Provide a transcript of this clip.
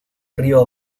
río